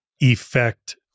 effect